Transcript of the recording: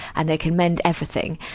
and they can mend everything.